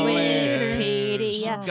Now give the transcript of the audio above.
Wikipedia